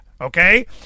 Okay